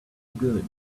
good